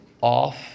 off